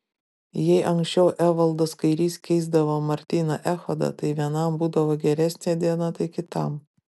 jei anksčiau evaldas kairys keisdavo martyną echodą tai vienam būdavo geresnė diena tai kitam